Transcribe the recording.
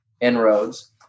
inroads